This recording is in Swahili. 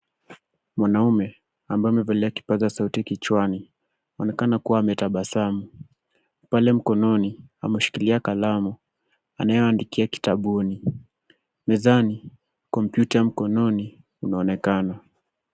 Mwanaume ambaye amevalia kipaza sauti kichwani anaonekana kuwa ametabasamu. Pale mkononi ameshikilia kalamu anayoandikia kitabuni. Mezani kompyuta mkononi inaonekana.